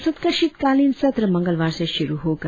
संसद का शीतकालीन सत्र मंगलवार से शुरु होगा